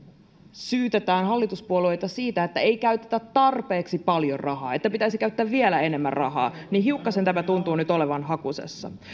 syytetään hallituspuolueita siitä että ei käytetä tarpeeksi paljon rahaa että pitäisi käyttää vielä enemmän rahaa niin hiukkasen tämä tuntuu nyt olevan hakusessa